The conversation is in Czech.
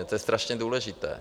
To je strašně důležité.